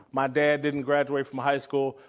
my dad didn't graduate from high school,